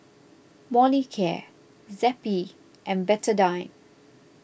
Molicare Zappy and Betadine